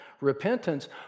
repentance